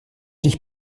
dich